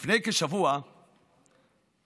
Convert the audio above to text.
לפני כשבוע הופץ